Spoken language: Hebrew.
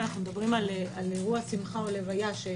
אם אנחנו מדברים על אירוע, שמחה או לוויה שהוא